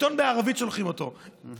שולחים אותו לעיתון בערבית.